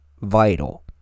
vital